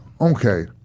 okay